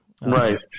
Right